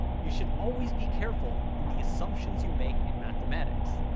you should always be careful in the assumptions you make in mathematics!